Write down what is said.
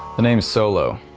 the names solo.